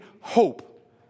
hope